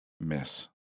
Miss